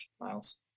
Miles